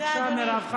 בבקשה, מירב.